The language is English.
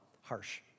Harsh